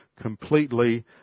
completely